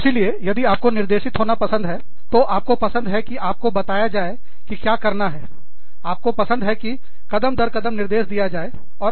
इसीलिए यदि आपको निर्देशित होना पसंद है तो आपको पसंद है कि आपको बताया जाए कि क्या करना है आपको पसंद है कि कदम दर कदम निर्देश दिया जाए है